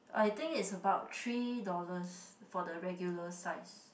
I think it's about three dollars for the regular size